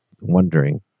wondering